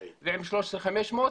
עם 13,500,